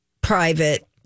private